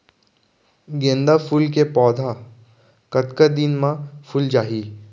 गेंदा फूल के पौधा कतका दिन मा फुल जाही?